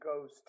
goes